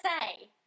say